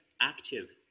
active